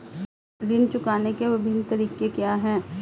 ऋण चुकाने के विभिन्न तरीके क्या हैं?